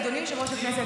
אדוני יושב-ראש הכנסת,